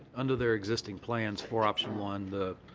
under their existing plans for option one, the